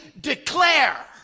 declare